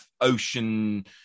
ocean